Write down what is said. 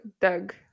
Doug